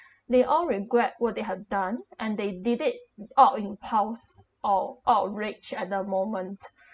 they all regret what they have done and they did it out of impulse or out of rage at that moment